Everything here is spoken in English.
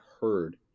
heard